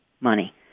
money